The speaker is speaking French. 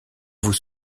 vous